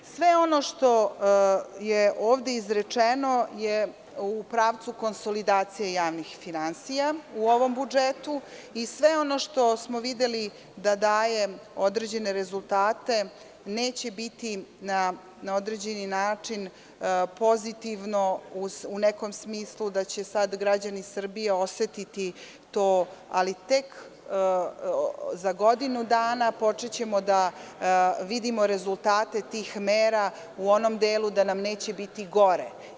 Sve ono što je ovde izrečeno je u pravcu konsolidacije javnih finansija u ovom budžetu i sve ono što smo videli da daje određene rezultate neće biti na određeni način pozitivno u nekom smislu da će sad građani Srbije osetiti to, ali tek za godinu dana počećemo da vidimo rezultate tih mera u onom delu da nam neće biti gore.